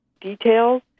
details